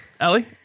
Ellie